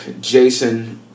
Jason